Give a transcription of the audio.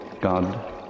God